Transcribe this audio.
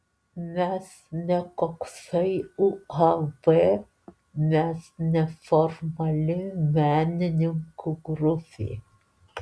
mes ne koksai uab mes neformali menininkų grupė